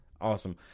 Awesome